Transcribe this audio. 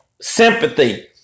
sympathy